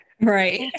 Right